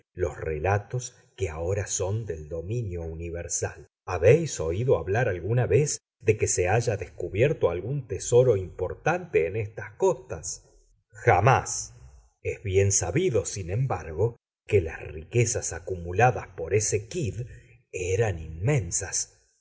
los relatos que ahora son del dominio universal habéis oído hablar alguna vez de que se haya descubierto algún tesoro importante en estas costas jamás es bien sabido sin embargo que las riquezas acumuladas por ese kidd eran inmensas